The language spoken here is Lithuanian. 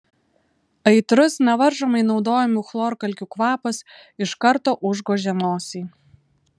aitrus nevaržomai naudojamų chlorkalkių kvapas iš karto užgožė nosį